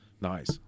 Nice